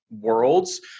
worlds